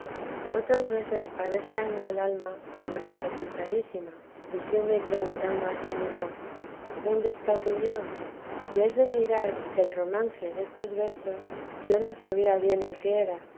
otras veces parece anda el alma como necesitadísima diciendo y preguntando a sí mesma dónde está tu dios y es de mirar que el romance destos versos yo no i vida de la santa madíie sabía bien el que